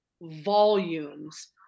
volumes